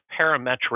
parametric